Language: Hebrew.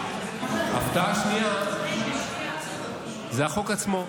הפתעה שנייה זה החוק עצמו.